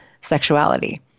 sexuality